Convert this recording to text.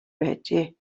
байжээ